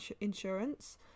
insurance